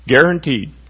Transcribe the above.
Guaranteed